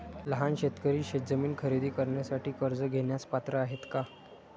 लहान शेतकरी शेतजमीन खरेदी करण्यासाठी कर्ज घेण्यास पात्र आहेत का?